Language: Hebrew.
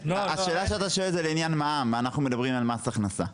השאלה שאתה שואל היא לעניין מע"מ; אנחנו מדברים על מס הכנסה.